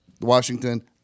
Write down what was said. Washington